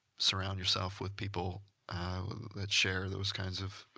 surround yourself with people that share those kinds of